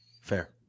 Fair